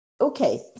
Okay